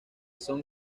son